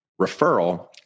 referral